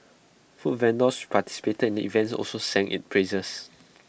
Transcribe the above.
food vendors participated in the event also sang its praises